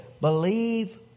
Believe